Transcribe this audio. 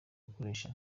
bikoresho